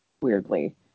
weirdly